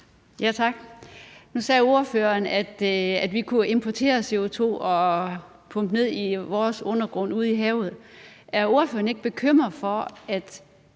Tak. Nu sagde ordføreren, at vi kunne importere CO2 og pumpe det ned i vores undergrund ude i havet. Er ordføreren ikke bekymret for, at